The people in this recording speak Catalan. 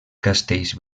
castells